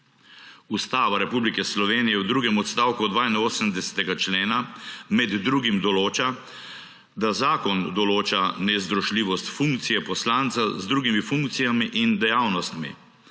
Ustava Republike Slovenije v drugem odstavku 82. člena med drugim določa, da zakon določa nezdružljivost funkcije poslanca z drugimi funkcijami in dejavnostmi.